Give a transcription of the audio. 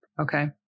Okay